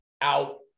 out